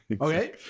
okay